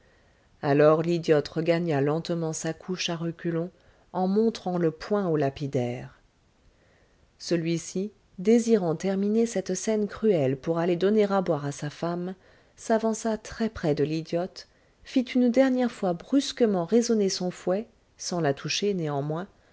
alors l'idiote regagna lentement sa couche à reculons en montrant le poing au lapidaire celui-ci désirant terminer cette scène cruelle pour aller donner à boire à sa femme s'avança très près de l'idiote fit une dernière fois brusquement résonner son fouet sans la toucher néanmoins